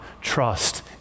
trust